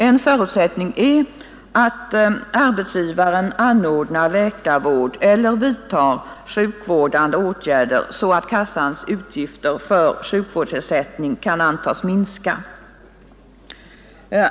En förutsättning är att arbetsgivaren anordnar läkarvård eller vidtar sjukvårdande åtgärder, så att kassans utgifter för sjukvårdsersättning kan antas minska.